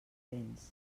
béns